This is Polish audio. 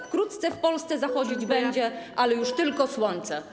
Wkrótce w Polsce zachodzić będzie, ale już tylko słońce.